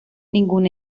ningún